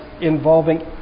involving